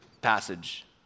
passage